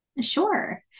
Sure